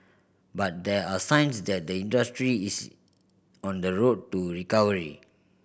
but there are signs that the industry is on the road to recovery